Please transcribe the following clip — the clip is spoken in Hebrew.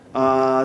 אלסאנע,